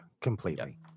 completely